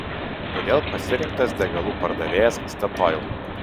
kodėl pasirinktas degalų pardavėjas statoil